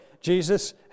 Jesus